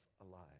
alive